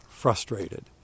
Frustrated